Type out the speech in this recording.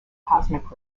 cosmic